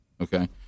okay